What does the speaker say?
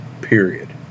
period